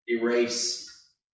Erase